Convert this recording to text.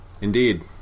Indeed